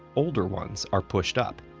older ones are pushed up.